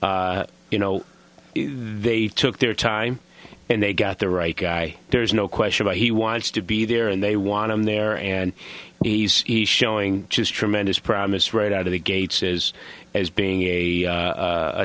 but you know they took their time and they got the right guy there's no question but he wants to be there and they want him there and he's showing his tremendous promise right out of the gates is as being a